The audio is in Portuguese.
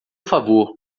favor